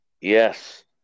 yes